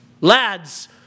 lads